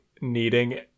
needing